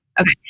Okay